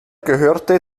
gehörte